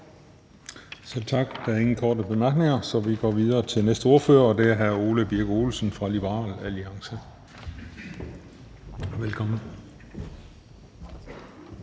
Selv tak. Der er ingen korte bemærkninger, så vi går videre til den næste ordfører, og det er hr. Ole Birk Olesen fra Liberal Alliance. Velkommen.